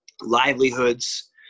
livelihoods